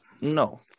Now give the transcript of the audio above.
no